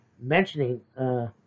mentioning